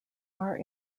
are